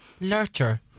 Lurcher